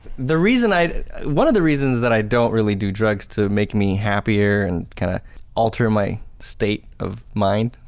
the reason i one of the reasons that i don't really do drugs to make me happier and kind of alter my state of mind,